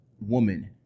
woman